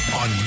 on